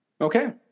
Okay